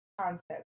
concept